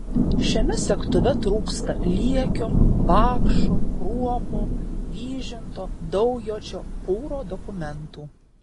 šiame segtuve trūksta liekio bakšo kruopo vyžinto daujočio pūro dokumentų